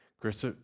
Chris